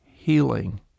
healing